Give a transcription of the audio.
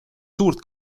suurt